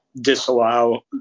disallow